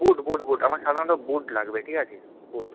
বুট boot boot আমার সাধারণত boot লাগবে ঠিক আছে বুট